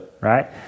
Right